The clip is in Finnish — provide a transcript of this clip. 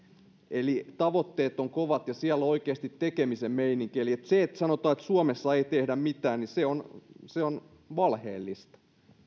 eli tavoitteet ovat kovat ja siellä on oikeasti tekemisen meininki se että sanotaan että suomessa ei tehdä mitään on valheellista